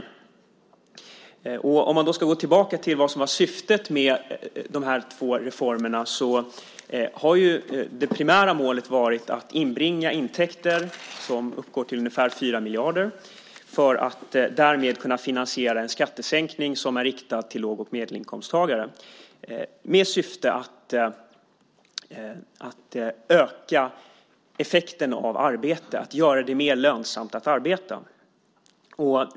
Om man ska gå tillbaka till vad som var syftet med de två reformerna har det primära målet varit att inbringa intäkter som uppgår till ungefär 4 miljarder för att därmed kunna finansiera en skattesänkning som är riktad till låg och medelinkomsttagare med syfte att öka effekten av arbete och göra det mer lönsamt att arbeta.